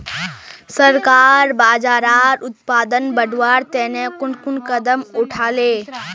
सरकार बाजरार उत्पादन बढ़वार तने कुन कुन कदम उठा ले